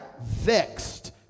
vexed